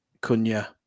Cunha